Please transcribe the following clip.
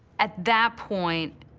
at that point,